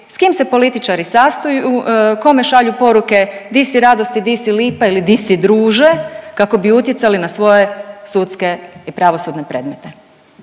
s kim se političari sastaju, kome šalju poruke „di si radosti“, „di si lipa“ ili „di si druže“ kako bi utjecali na svoje sudske i pravosudne predmete,